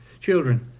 children